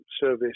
service